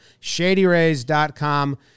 ShadyRays.com